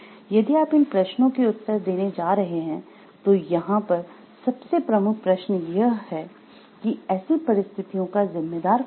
यदि आप इन प्रश्नों के उत्तर देने जा रहे हैं तो यहां पर सबसे प्रमुख प्रश्न यह है कि ऎसी परिस्थितियों का जिम्मेदार कौन है